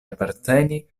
aparteni